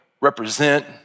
represent